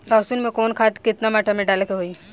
लहसुन में कवन खाद केतना मात्रा में डाले के होई?